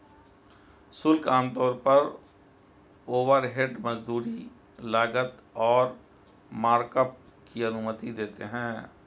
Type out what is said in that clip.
शुल्क आमतौर पर ओवरहेड, मजदूरी, लागत और मार्कअप की अनुमति देते हैं